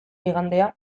igandea